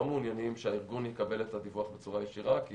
מעוניינים שהארגון יקבל את הדיווח בצורה ישירה כי